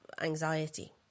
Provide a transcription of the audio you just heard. anxiety